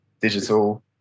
digital